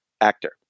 actor